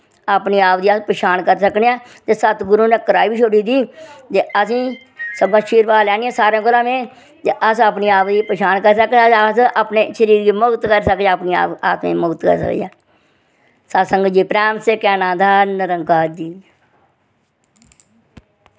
अपने आप दी अस पछान करी सकनेआं ते सतगुरु नै कराई बी छोड़ी दी ते अजें सब अशीर्वाद लैनियां सारें कोला मैं ते अस अपने आप ही पछान करी सकचै अस अपने शरीर गी मुक्त करी सकचै अपनी आ आत्मा गी मुक्त करी सकचै सतसंग जी प्रैम से कैहना धन निरंकार जी